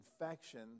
infection